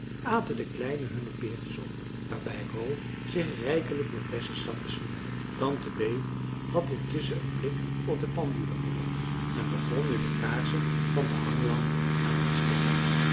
aten de kleinen hunne peertjes op waarbij ro zich rijkelijk met bessensap besmeerde tante bee had intusschen een blik op de pendule geworpen en begon nu de kaarsen van de hanglamp aantesteken